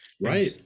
right